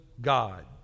God